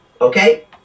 Okay